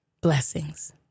Blessings